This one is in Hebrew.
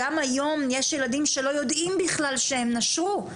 גם היום יש ילדים שלא יודעים בכלל שהם נשרו,